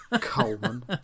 Coleman